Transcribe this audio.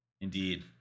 Indeed